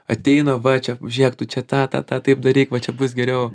ateina va čia žiek tu čia tą tą tą taip daryk va čia bus geriau